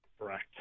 Correct